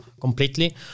completely